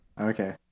Okay